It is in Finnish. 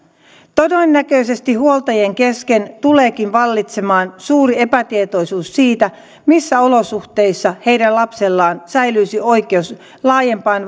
todennäköisesti huoltajien kesken tuleekin vallitsemaan suuri epätietoisuus siitä missä olosuhteissa heidän lapsellaan säilyisi oikeus laajempaan